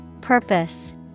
Purpose